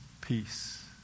peace